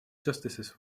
justices